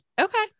Okay